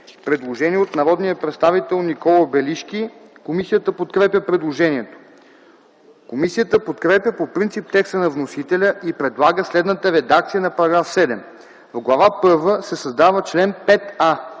Предложение от народния представител Никола Белишки, което е подкрепено от комисията. Комисията подкрепя по принцип текста на вносителя и предлага следната редакция на § 7: „§ 7. В Глава първа се създава чл. 5а: